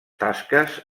tasques